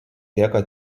lieka